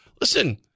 Listen